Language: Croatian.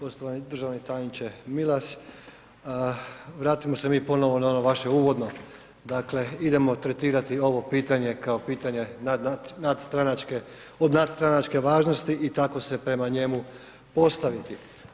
Poštovani državni tajniče Milas, vratimo se mi ponovo na ono vaše uvodno, dakle idemo tretirati ovo pitanje kao pitanje nadstranačke, od nadstranačke važnosti i tako se prema njemu postaviti.